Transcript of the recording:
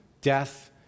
death